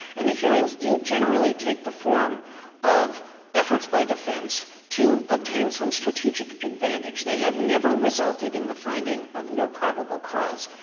and the hearings do generally take the form of efforts by defense to obtain some strategic advantage. they have never resulted in the finding of no probable cause.